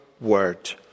word